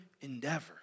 endeavor